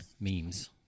memes